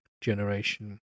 generation